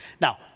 Now